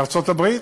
בארצות-הברית.